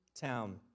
town